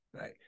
right